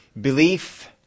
belief